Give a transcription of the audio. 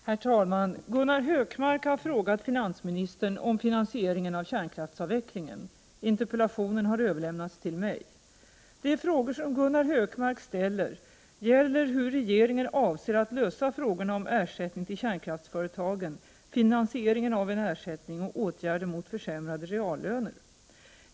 Herr talman! Gunnar Hökmark har frågat finansministern om finansieringen av kärnkraftsavvecklingen. Interpellationen har överlämnats till mig. De frågor som Gunnar Hökmark ställer gäller hur regeringen avser att lösa — Prot. 1988/89:43 frågorna om ersättning till kärnkraftsföretagen, finansieringen av en ersätt 12 december 1988 ning och åtgärder mot försämrade reallöner.